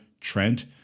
trent